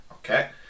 Okay